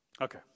Okay